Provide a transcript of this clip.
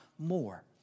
more